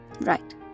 Right